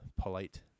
polite